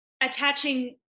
attaching